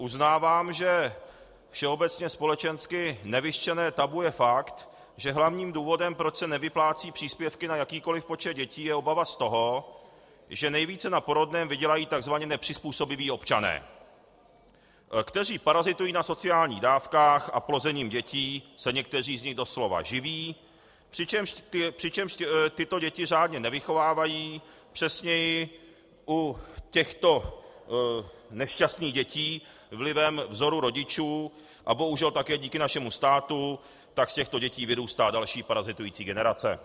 Uznávám, že všeobecně společensky nevyřčené tabu je fakt, že hlavním důvodem, proč se nevyplácejí příspěvky na jakýkoliv počet dětí, je obava z toho, že nejvíce na porodném vydělají takzvaně nepřizpůsobiví občané, kteří parazitují na sociálních dávkách a plozením dětí se někteří z nich doslova živí, přičemž tyto děti řádně nevychovávají, přesněji u těchto nešťastných dětí vlivem vzoru rodičů a bohužel také díky našemu státu tak z těchto dětí vyrůstá další parazitující generace.